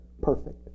perfect